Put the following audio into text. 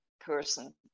person